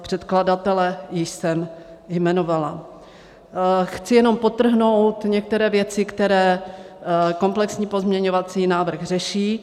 Předkladatele jsem jmenovala, chci jenom podtrhnout některé věci, které komplexní pozměňovací návrh řeší.